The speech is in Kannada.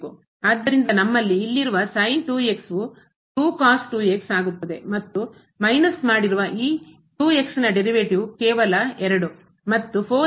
ಆದ್ದರಿಂದ ನಮ್ಮಲ್ಲಿ ಇಲ್ಲಿರುವ ಮತ್ತು ಮೈನಸ್ ಮಾಡಿರುವ ಈ ನ derivative ವ್ಯುತ್ಪನ್ನವು ಕೇವಲ ಮತ್ತು ದು ಆಗಿರುತ್ತದೆ